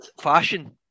fashion